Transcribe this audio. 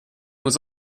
was